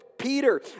Peter